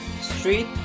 street